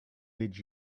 did